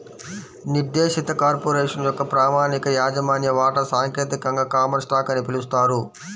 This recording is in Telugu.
నిర్దేశిత కార్పొరేషన్ యొక్క ప్రామాణిక యాజమాన్య వాటా సాంకేతికంగా కామన్ స్టాక్ అని పిలుస్తారు